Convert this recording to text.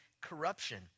corruption